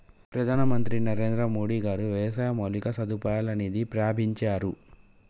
ప్రధాన మంత్రి నరేంద్రమోడీ గారు వ్యవసాయ మౌలిక సదుపాయాల నిధి ప్రాభించారు